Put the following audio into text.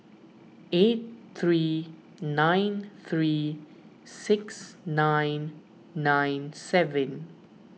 eight three nine three six nine nine seven